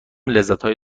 لذتهای